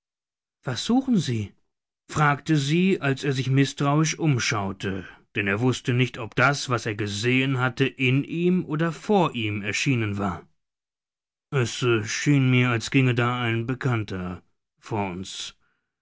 was suchen sie fragte sie als er sich mißtrauisch umschaute denn er wußte nicht ob das was er gesehen hatte in ihm oder vor ihm erschienen war es schien mir als ginge da ein bekannter vor uns